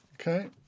Okay